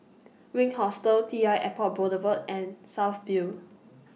Wink Hostel T L Airport Boulevard and South View